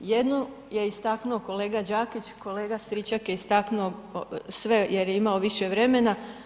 Jednu je istaknuo kolega Đakić, kolega Stričak je istaknuo sve jer je imao više vremena.